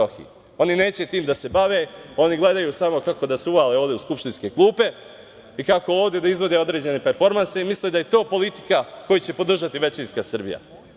Oni neće tim da se bave, oni gledaju samo kako da se uvale ovde u skupštinske klupe i kako ovde da izvode određene performanse i misle da je to politika koju će podržati većinska Srbija.